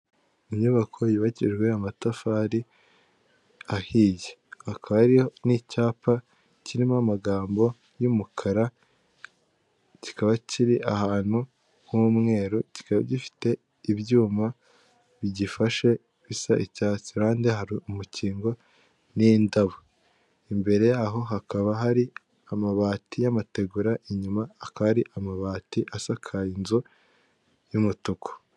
Inyubako yubakijwe amatafari ahiye akaba ariho n'icyapa kirimo amagambo y'umukara kikaba kiri ahantu h'umweru kikaba gifite ibyuma bigifashe bisa icyatsi iruhande hari umukingo n'indabo imbere yaho hakaba hari amabati y'amategura inyuma hakaba hari amabati asakaye inzu y'umutuku.